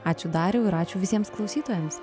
ačiū dariau ir ačiū visiems klausytojams